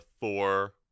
Thor